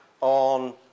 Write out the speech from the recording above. on